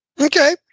Okay